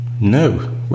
no